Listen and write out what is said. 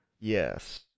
Yes